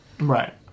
Right